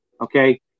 okay